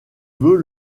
veux